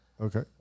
Okay